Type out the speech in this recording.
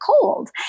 cold